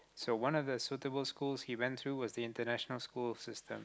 so one of the suitable school he went to was the international school system